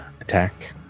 attack